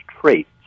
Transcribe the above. traits